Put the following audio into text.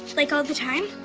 like all the time?